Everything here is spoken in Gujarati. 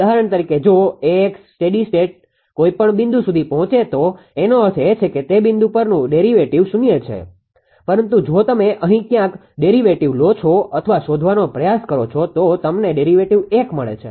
ઉદાહરણ તરીકે જો AX સ્ટેડી સ્ટેટ કોઈપણ બિંદુ સુધી પહોંચે તો એનો અર્થ એ છે કે તે બિંદુ પરનું ડેરીવેટીવ શૂન્ય છે પરંતુ જો તમે અહીં ક્યાંક ડેરીવેટીવ લો છો અથવા શોધવાનો પ્રયાસ કરો છો તો તમને ડેરીવેટીવ 1 મળે છે